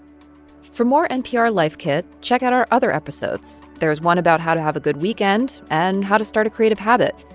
for more npr life kit, check out our other episodes. there is one about how to have a good weekend and how to start a creative habit.